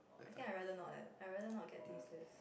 I think I rather not eh I rather not getting dean's list